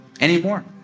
Anymore